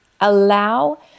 allow